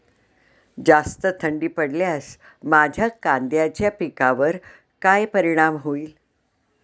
जास्त थंडी पडल्यास माझ्या कांद्याच्या पिकावर काय परिणाम होईल?